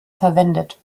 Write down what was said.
verwendet